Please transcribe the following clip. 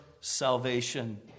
salvation